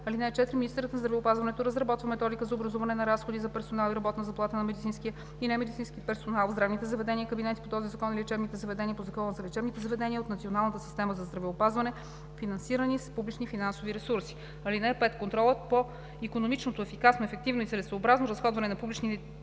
4 и 5: (4) Министърът на здравеопазването разработва методика за образуване на разходи за персонал и работни заплати на медицинския и немедицинския персонал в здравните заведения и кабинети по този закон и лечебните заведения по Закона за лечебните заведения от Националната система за здравеопазване, финансирани с публични финансови ресурси.“ „(5) Контролът по икономичното, ефикасното, ефективното и целесъобразното разходване на публичните